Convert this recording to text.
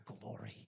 glory